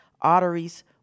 arteries